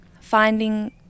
finding